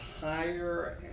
higher